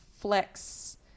Flex